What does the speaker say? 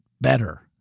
better